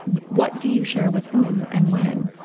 what do you share with whom and when?